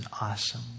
awesome